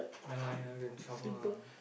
ya lah you never get into trouble ah